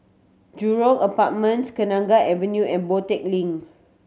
Jurong Apartments Kenanga Avenue and Boon Tat Link